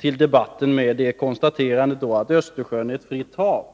till debatten med är konstaterandet att Östersjön är ett fritt hav.